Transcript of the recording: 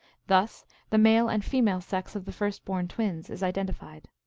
thus the male and female sex of the first-born twins is identified.